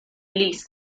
lis